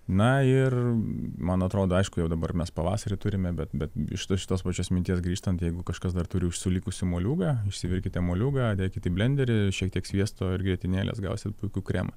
na ir man atrodo aišku jau dabar mes pavasarį turime bet bet iš tos pačios minties grįžtant jeigu kažkas dar turi užsilikusį moliūgą išsivirkite moliūgą dėkit į blenderį šiek tiek sviesto ir grietinėlės gausit puikų kremą